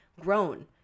grown